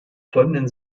folgenden